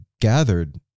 gathered